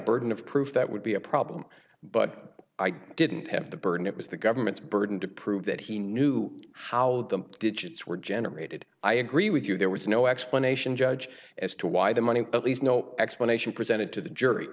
burden of proof that would be a problem but i didn't have the burden it was the government's burden to prove that he knew how the digits were generated i agree with you there was no explanation judge as to why the money at least no explanation presented to the jury